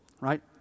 right